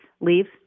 leaves